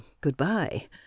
good-bye